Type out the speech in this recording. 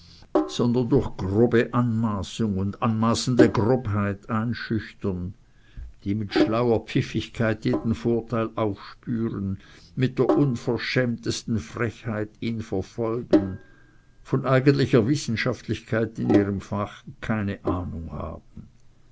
sondern durch grobe anmaßung und anmaßende grobheit einschüchtern die mit schlauer pfiffigkeit jeden vorteil aufspüren mit der unverschämtesten frechheit ihn verfolgen von eigentlicher wissenschaftlichkeit in ihrem fache keine ahndung haben